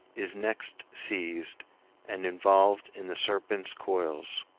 is next seized and involved in the serpents' coils.